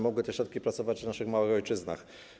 Mogłyby te środki pracować w naszych małych ojczyznach.